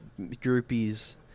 groupies